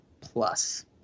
plus